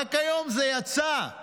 רק היום זה יצא,